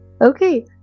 Okay